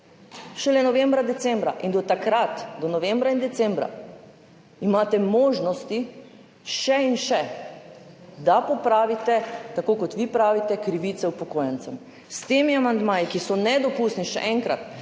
šele novembra, decembra. Do takrat, do novembra in decembra, imate še in še možnosti, da popravite, tako kot vi pravite, krivice upokojencem. S temi amandmaji, ki so nedopustni, še enkrat